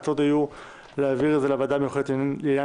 ההצעות היו להעביר את זה לוועדה המיוחדת לעניין